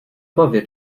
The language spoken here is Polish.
powie